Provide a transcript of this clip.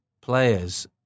players